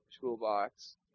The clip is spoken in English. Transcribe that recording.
toolbox